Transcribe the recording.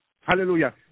Hallelujah